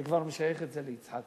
זה כבר משייך את זה ליצחק,